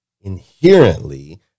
Inherently